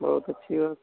बहुत अच्छी बात